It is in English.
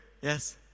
yes